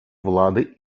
влади